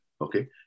okay